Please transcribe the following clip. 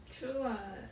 true [what]